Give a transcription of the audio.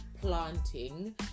planting